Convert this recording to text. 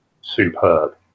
superb